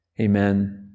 Amen